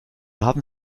haben